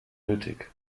nötig